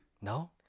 No